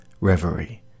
Reverie